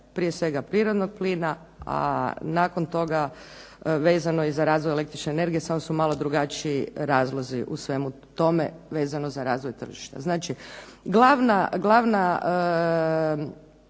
prije svega prirodnog plina, a nakon toga vezano i za razvoj električne energije samo su malo drugačiji razlozi u svemu tome vezano za razvoj tržišta.